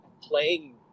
playing